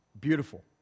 beautiful